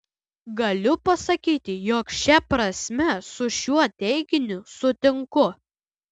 galiu pasakyti jog šia prasme su šiuo teiginiu sutinku